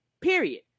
Period